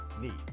need